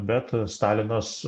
bet stalinas